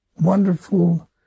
wonderful